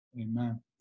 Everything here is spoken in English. Amen